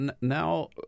now